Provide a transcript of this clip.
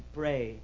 pray